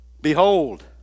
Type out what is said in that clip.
Behold